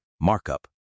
markup